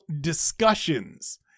discussions